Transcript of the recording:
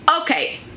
Okay